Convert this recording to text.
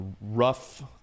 rough